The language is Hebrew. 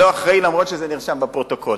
לא אחראי, אף-על-פי שזה נרשם בפרוטוקול.